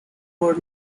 were